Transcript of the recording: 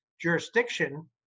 jurisdiction